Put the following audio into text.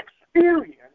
experience